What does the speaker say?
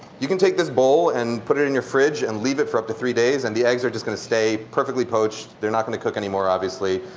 you can take this bowl and put it in your fridge and leave it for um three days. and the eggs are just going to stay perfectly poached, they're not going to cook anymore, obviously.